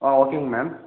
ஆ ஓகேங்க மேம்